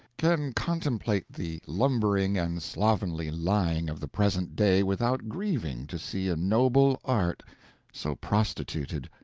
can contemplate the lumbering and slovenly lying of the present day without grieving to see a noble art so prostituted.